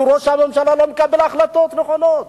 כי ראש הממשלה לא מקבל החלטות נכונות